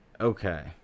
Okay